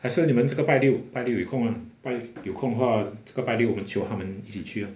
还是你们这个拜六拜六有空 mah 拜六有空的话这个拜六我们 jio 他们一起去 lor